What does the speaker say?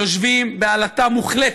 יושבים בעלטה מוחלטת,